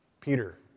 Peter